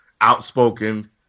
outspoken